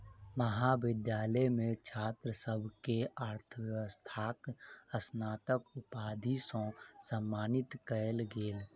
महाविद्यालय मे छात्र सभ के अर्थव्यवस्थाक स्नातक उपाधि सॅ सम्मानित कयल गेल